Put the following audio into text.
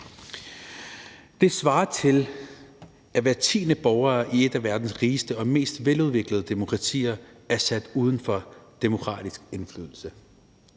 Det svarer til, at hver tiende borger i et af verdens rigeste og mest veludviklede demokratier er sat uden for demokratisk indflydelse.